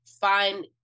find